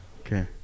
Okay